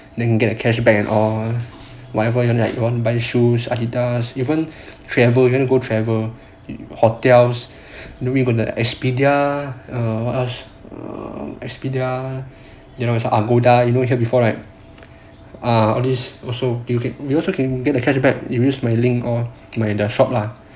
then you get a cashback and all whatever you might wanna buy buy shoes adidas even travel you wanna go travel hotels we got expedia err what else expedia agoda you know hear before right ah all these also you also can get the cashback you you must use my the shop lah